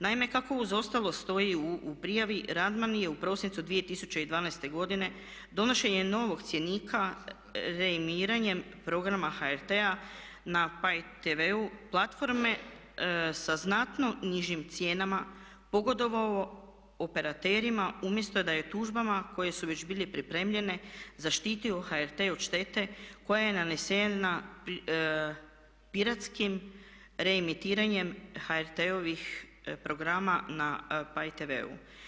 Naime, kako uz ostalo stoji u prijavi Radman je u prosincu 2012. godine donošenje novog cjenika reimiranjem programa HRT-a na pay tvu platforme sa znatno nižim cijenama pogodovao operaterima, umjesto da je tužbama koje su već bile pripremljene zaštitio HRT od štete koja je nanesena piratskim reimitiranjem HRT-ovih programa na pay tvu.